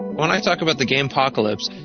when i talked about the gamepocalypse,